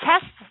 test